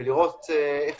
ולראות איך